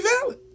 valid